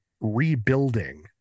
rebuilding